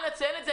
אנא ציין את זה.